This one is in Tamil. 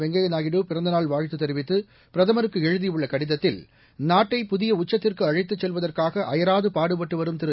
வெங்கய்ய நாயுடு பிறந்த நாள் வாழ்த்து தெரிவித்து பிரதமருக்கு எழுதியுள்ள கடிதத்தில் நாட்டை புதிய உச்சத்திற்கு அழைத்துச் செல்வதற்காக அயராது பாடுபட்டுவரும் திரு